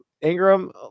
Ingram